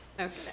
Okay